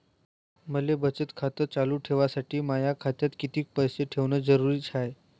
मले बचत खातं चालू ठेवासाठी माया खात्यात कितीक पैसे ठेवण जरुरीच हाय?